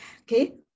okay